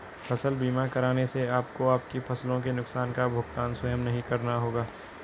फसल बीमा कराने से आपको आपकी फसलों के नुकसान का भुगतान स्वयं नहीं करना होगा